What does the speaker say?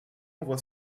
envoie